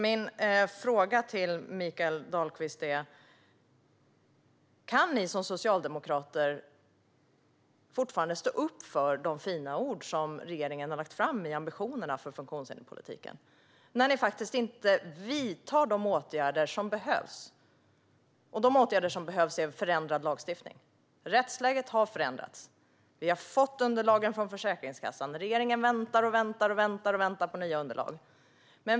Min fråga till Mikael Dahlqvist är: Kan ni som socialdemokrater fortfarande stå upp för de fina ord som regeringen har lagt fram i ambitionerna för funktionshinderspolitiken när ni faktiskt inte vidtar de åtgärder som behövs? De åtgärder som behövs är förändrad lagstiftning. Rättsläget har förändrats. Vi har fått underlagen från Försäkringskassan. Regeringen väntar och väntar på nya underlag.